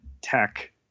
tech